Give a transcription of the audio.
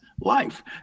life